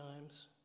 times